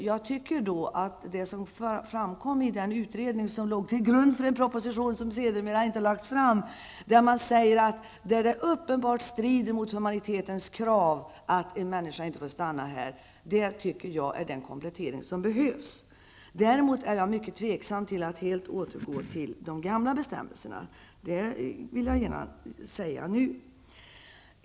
Jag tycker att det som framkom i den utredning som låg till grund för en proposition, som sedermera inte lades fram, där man säger att ''där det uppenbart strider mot humanitetens krav att en människa inte fått stanna här'' är den komplettering som behövs. Däremot är jag mycket tveksam till att helt återgå till de gamla bestämmelserna. Det vill jag gärna säga redan nu.